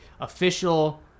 official